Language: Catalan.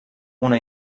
una